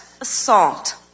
assault